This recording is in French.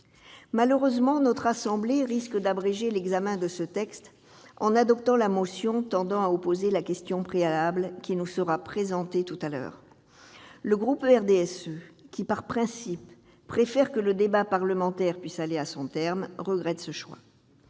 Malheureusement, notre assemblée risque d'abréger l'examen de ce texte en adoptant la motion tendant à opposer la question préalable qui va nous être présentée. Le groupe du RDSE, qui, par principe, préfère que le débat parlementaire puisse aller à son terme, regrette ce choix.